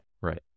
Right